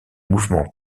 mouvements